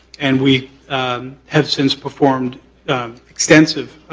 and we had since performed extensive